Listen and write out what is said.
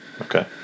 Okay